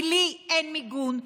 כי לי אין מיגון,